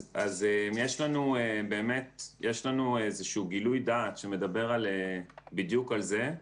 יש לנו באמת איזשהו גילוי דעת שמדבר בדיוק על זה.